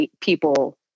people